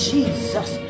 Jesus